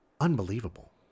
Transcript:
unbelievable